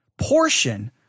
portion